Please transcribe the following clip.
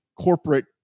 corporate